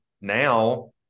now